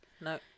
No